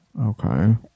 Okay